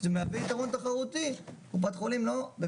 זה מהווה יתרון תחרותי.